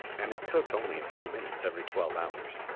and it took only a few minutes every twelve hours.